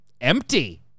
empty